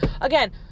Again